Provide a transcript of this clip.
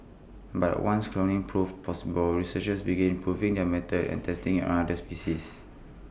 but once cloning proved possible researchers begin improving their method and testing IT other species